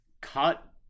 cut